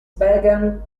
began